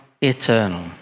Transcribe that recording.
eternal